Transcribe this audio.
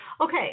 Okay